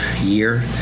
year